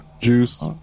juice